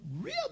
real